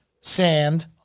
sand